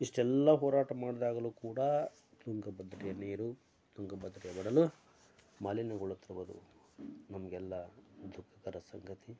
ಇಷ್ಟೆಲ್ಲ ಹೋರಾಟ ಮಾಡಿದಾಗಲೂ ಕೂಡ ತುಂಗಭದ್ರೆಯ ನೀರು ತುಂಗಭದ್ರೆಯ ಒಡಲು ಮಾಲಿನ್ಯಗೊಳ್ಳುತ್ತಿರುವುದು ನಮಗೆಲ್ಲ ದುಃಖಕರ ಸಂಗತಿ